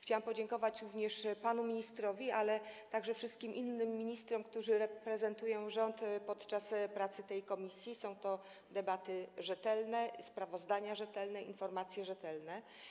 Chciałam podziękować również panu ministrowi, ale także wszystkim innym ministrom, którzy reprezentują rząd podczas prac tej komisji, są to debaty rzetelne, sprawozdania rzetelne, informacje rzetelne.